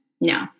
No